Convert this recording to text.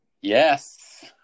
yes